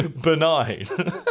Benign